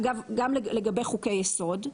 אגב, גם לגבי חוקי יסוד.